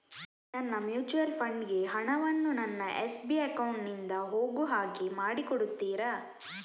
ನನ್ನ mutual fund ಗೆ ಹಣ ವನ್ನು ನನ್ನ ಎಸ್.ಬಿ ಅಕೌಂಟ್ ನಿಂದ ಹೋಗು ಹಾಗೆ ಮಾಡಿಕೊಡುತ್ತೀರಾ?